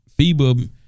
FIBA